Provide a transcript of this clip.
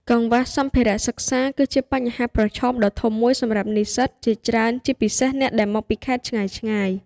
កង្វះសម្ភារៈសិក្សា គឺជាបញ្ហាប្រឈមដ៏ធំមួយសម្រាប់និស្សិតជាច្រើន ជាពិសេសអ្នកដែលមកពីខេត្តឆ្ងាយៗ។